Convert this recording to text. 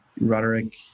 Roderick